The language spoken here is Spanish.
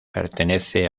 pertenece